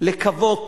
לקוות